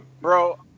Bro